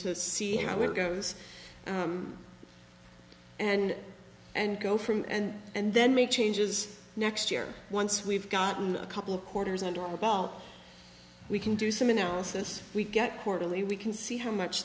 to see how it goes and and go from and and then make changes next year once we've gotten a couple of quarters and on the ball we can do some analysis we get quarterly we can see how much